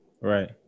Right